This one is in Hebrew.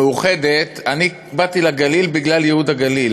המשותפת, באתי לגליל בגלל ייהוד הגליל.